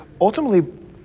ultimately